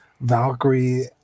Valkyrie